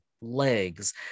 legs